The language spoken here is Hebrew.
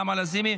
נעמה לזימי,